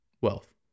wealth